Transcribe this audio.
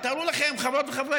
תארו לכם, חברות וחברי